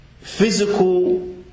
physical